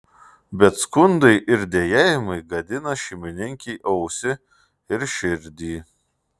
bet skundai ir dejavimai gadina šeimininkei ausį ir širdį